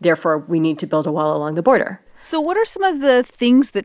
therefore we need to build a wall along the border so what are some of the things that